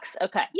Okay